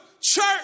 church